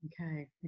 Okay